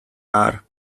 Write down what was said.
are